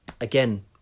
again